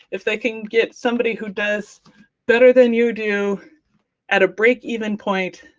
if they can get somebody who does better than you do at a break-even point,